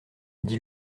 dit